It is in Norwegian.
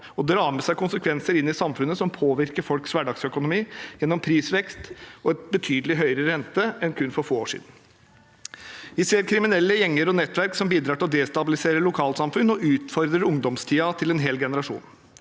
som drar med seg konsekvenser inn i samfunnet som påvirker folks hverdagsøkonomi gjennom prisvekst og en betydelig høyere rente enn for kun få år siden. Vi ser kriminelle gjenger og nettverk som bidrar til å destabilisere lokalsamfunn og utfordre ungdomstiden til en hel generasjon.